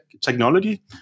technology